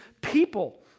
people